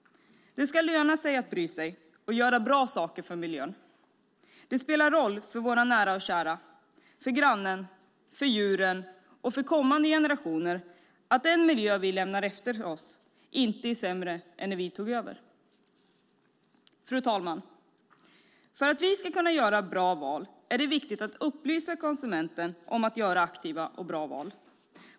Det ska löna sig att bry sig och göra bra saker för miljön. Det spelar roll för våra nära och kära, för grannen, för djuren och för kommande generationer att den miljö vi lämnar efter oss inte är sämre än när vi tog över. Fru talman! För att vi ska kunna göra bra val är det viktigt att upplysa konsumenten om att göra aktiva och bra val.